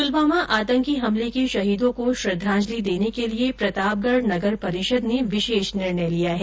पुलवामा आतंकी हमले के शहीदों को श्रंद्वाजलि देने के लिए प्रतापगढ़ नगर परिषद ने विशेष निर्णय लिया है